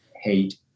hate